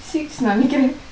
six நினைக்கிறேன்:ninaikiren